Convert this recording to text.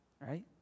right